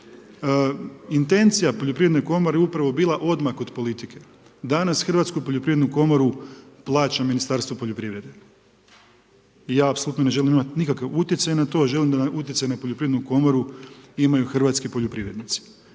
Intencija poljoprivredne komore je upravo bila odmak od politike. Danas hrvatsku poljoprivrednu komoru plaća Ministarstvo poljoprivrede. Ja apsolutno ne želim nikakav utjecaj na to, želi da utjecaj na Poljoprivrednu komoru imaju hrvatski poljoprivrednici.